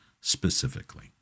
specifically